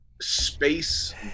space